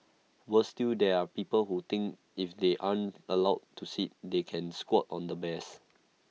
worse still there are people who think if they aren't allowed to sit they can squat on the bears